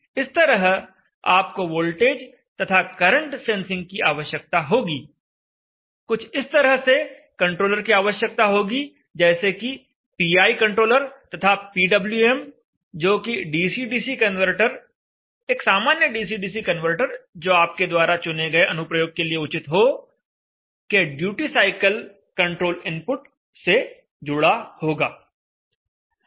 इस तरह आपको वोल्टेज तथा करंट सेंसिंग की आवश्यकता होगी कुछ इस तरह से कंट्रोलर की आवश्यकता होगी जैसे कि पीआई कंट्रोलर तथा पीडब्ल्यूएम जोकि डीसी डीसी कनवर्टर एक सामान्य डीसी डीसी कनवर्टर जो आपके द्वारा चुने गए अनुप्रयोग के लिए उचित हो के ड्यूटी साइकिल कंट्रोल इनपुट से जुड़ा होगा